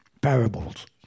parables